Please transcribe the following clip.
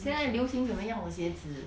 现在流行什么样的鞋子